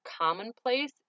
commonplace